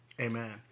Amen